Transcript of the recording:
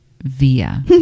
Via